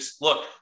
Look